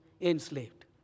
enslaved